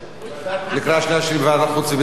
לקריאה שנייה ושלישית לוועדת חוץ וביטחון.